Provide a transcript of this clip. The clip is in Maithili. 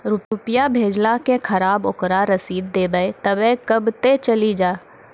रुपिया भेजाला के खराब ओकरा रसीद देबे तबे कब ते चली जा?